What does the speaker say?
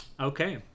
Okay